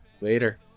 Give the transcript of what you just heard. Later